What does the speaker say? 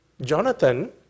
Jonathan